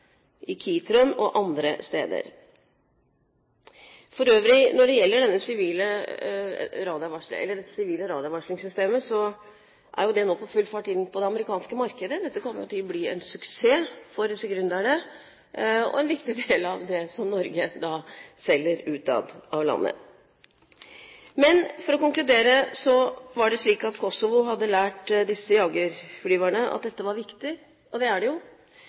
i Kitron og andre steder. For øvrig: Når det gjelder dette sivile radarvarslingssystemet, er det nå på full fart inn på det amerikanske markedet. Dette kommer til å bli en suksess for disse gründerne og er en viktig del av det som Norge selger ut av landet. Men, for å konkludere: Det var slik at Kosovo-krigen hadde lært disse jagerflygerne at dette var viktig – og det er det jo.